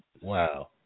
wow